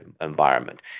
environment